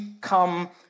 come